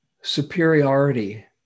superiority